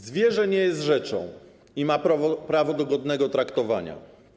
Zwierzę nie jest rzeczą i ma prawo do godnego traktowania.